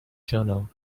tunnel